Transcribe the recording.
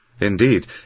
Indeed